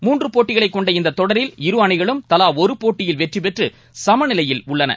மூன்று போட்டிகளை கொண்ட இந்த தொடரில் இரு அணிகளும் தலா ஒரு போட்டியில் வெற்றி பெற்று சமநிலையில் உள்ளன